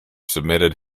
submitted